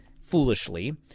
foolishly